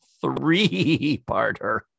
three-parter